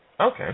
okay